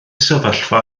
sefyllfa